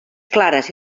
clares